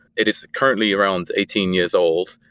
it is currently around eighteen years old,